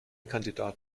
kandidat